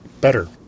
better